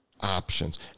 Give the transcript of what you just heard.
options